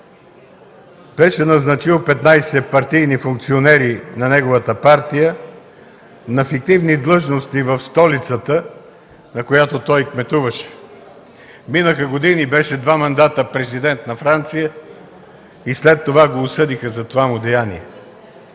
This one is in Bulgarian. Беше назначил 15 партийни функционери на неговата партия на фиктивни длъжности в столицата, на която той кметуваше. Минаха години – беше два мандата президент на Франция, и след това го осъдиха за това му деяние.